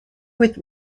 with